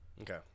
Okay